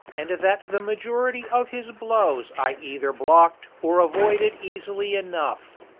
and that the majority of his blows i either blocked or avoided easily enough.